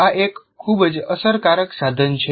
આ એક ખૂબ જ અસરકારક સાધન છે